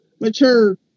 mature